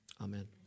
Amen